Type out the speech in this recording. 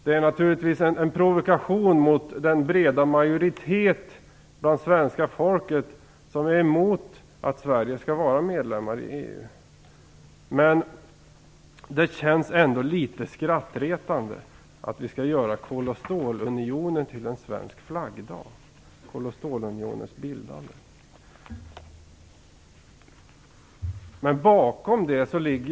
Det är naturligtvis en provokation mot den breda majoritet bland svenska folket som är emot att Sverige är medlem i EU. Det känns litet skrattretande att vi skall göra dagen för kol och stålunionens bildande till en svensk flaggdag.